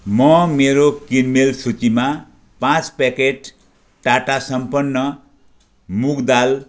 म मेरो किनमेल सूचीमा पाँच प्याकेट टाटा सम्पन्न मुग दाल